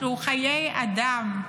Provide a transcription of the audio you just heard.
שהוא חיי אדם.